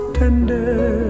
tender